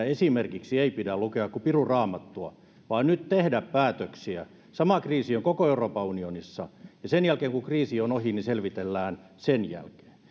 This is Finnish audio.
esimerkiksi valtiontukisäännöksiä pidä lukea kuin piru raamattua vaan nyt pitää tehdä päätöksiä sama kriisi on koko euroopan unionissa ja sen jälkeen kun kriisi on ohi selvitellään sen jälkeen